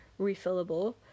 refillable